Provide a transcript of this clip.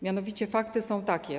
Mianowicie fakty są takie.